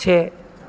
से